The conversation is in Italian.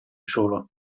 solo